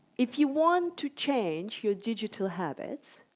if you want to change your digital habits,